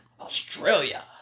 Australia